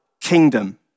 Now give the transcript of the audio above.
kingdom